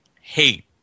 hate